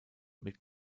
mit